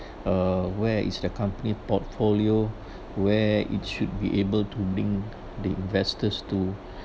uh where is the company portfolio where it should be able to bring the investors to